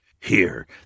Here